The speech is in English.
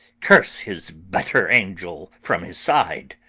curse his better angel from his side,